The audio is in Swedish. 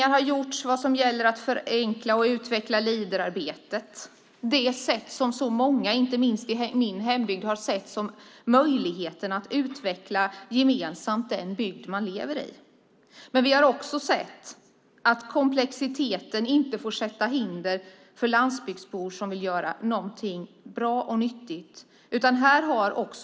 Det har gjorts satsningar för att förenkla och utveckla Leaderarbetet, något som många, inte minst i min hembygd, har sett som en möjlighet att gemensamt utveckla den bygd man lever i. Vi har samtidigt sett att komplexiteten inte får hindra landsbygdsbor som vill göra någonting bra och nyttigt.